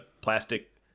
plastic